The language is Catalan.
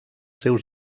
seus